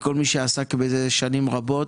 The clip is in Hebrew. כל מי שעסק בנושא הזה במשך שנים רבות.